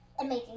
amazing